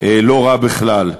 לא רע בכלל.